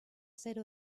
state